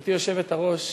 גברתי היושבת-ראש,